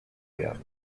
gerne